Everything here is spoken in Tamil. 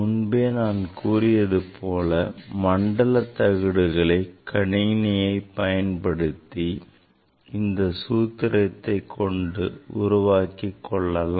முன்பே நான் கூறியதை போல மண்டல தகடுகளை கணினியை பயன்படுத்தி இந்த சூத்திரத்தை கொண்டு உருவாக்கி கொள்ளலாம்